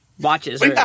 Watches